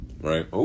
Right